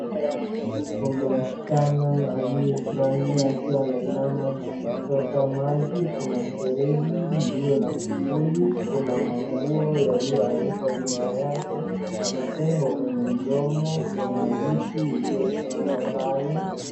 Mbele yangu kuna msichana aliyefurahia akiwa anainama na kuchota maji. Kuna mfereji lilio na kufuli, kuna manguo yalioanikwa nyuma yake, ana pigo kwenye mdomo, kuna miti iliyosimama pale.